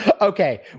Okay